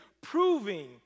proving